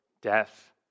death